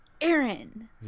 Aaron